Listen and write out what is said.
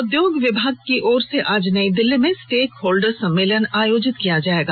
उद्योग विभाग की ओर से आज नई दिल्ली में स्टेकहोल्डर सम्मेलन आयोजित किया जाएगा